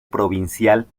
provincial